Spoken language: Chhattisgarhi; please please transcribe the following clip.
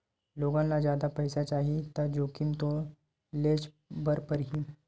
लोगन ल जादा पइसा चाही त जोखिम तो लेयेच बर परही